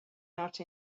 out